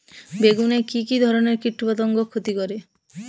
বেগুনে কি কী ধরনের কীটপতঙ্গ ক্ষতি করে?